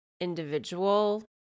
individual